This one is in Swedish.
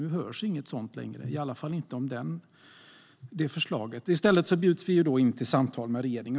Nu hörs inget sådant längre, i alla fall inte om det förslaget. I stället bjuds det in till samtal med regeringen.